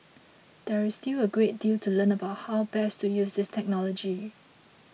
there is still a great deal to learn about how best to use this technology